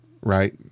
right